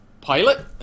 Pilot